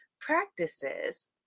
practices